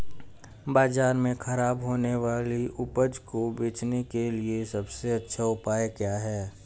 बाजार में खराब होने वाली उपज को बेचने के लिए सबसे अच्छा उपाय क्या है?